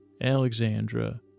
Alexandra